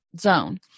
zone